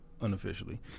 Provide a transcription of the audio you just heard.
unofficially